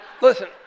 listen